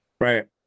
Right